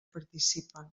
participen